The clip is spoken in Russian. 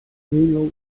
принял